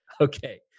Okay